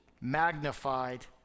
magnified